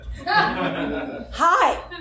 hi